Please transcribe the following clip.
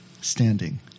standing